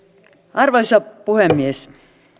arvoisa puhemies